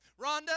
Rhonda